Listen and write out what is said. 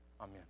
Amen